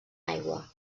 aigua